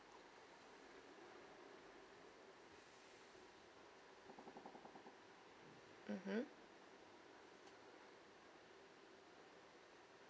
mmhmm